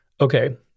Okay